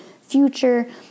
future